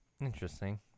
interesting